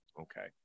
okay